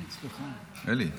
אלי.